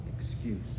excuse